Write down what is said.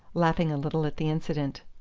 laughing a little at the incident.